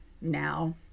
now